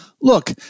Look